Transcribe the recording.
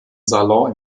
salon